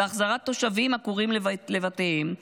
בהחזרת תושבים עקורים לבתיהם,